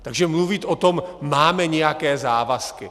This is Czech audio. Takže mluvit o tom, máme nějaké závazky...